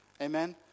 Amen